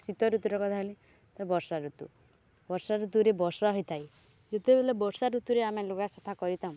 ଶୀତ ଋତୁରେ କଥା ହେଲେ ତ ବର୍ଷା ଋତୁ ବର୍ଷା ଋତୁରେ ବର୍ଷା ହୋଇଥାଏ ଯେତେବେଲେ ବର୍ଷା ଋତୁରେ ଆମେ ଲୁଗା ସଫା କରିଥାଉ